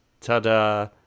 Ta-da